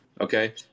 Okay